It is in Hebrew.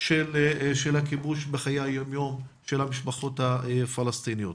של הכיבוש בחיי היום-יום של המשפחות הפלסטיניות.